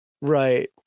Right